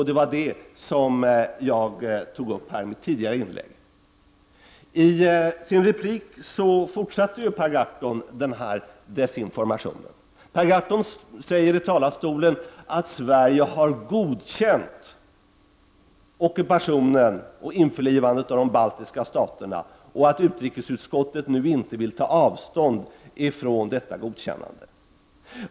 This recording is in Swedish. Det var det som jag tog upp i mitt tidigare inlägg. I sin replik fortsatte Per Gahrton desinformationen. Per Gahrton säger att Sverige har godkänt ockupationen och införlivandet av de baltiska staterna och att utrikesutskottet nu inte vill ta avstånd från detta godkännande.